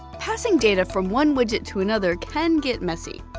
passing data from one widget to another can get messy.